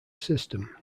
system